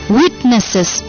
witnesses